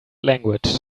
language